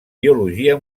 biologia